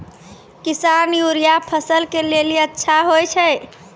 किसान यूरिया फसल के लेली अच्छा होय छै?